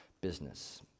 business